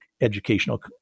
educational